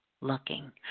looking